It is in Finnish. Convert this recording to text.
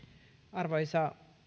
arvoisa